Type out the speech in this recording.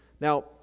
Now